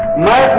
one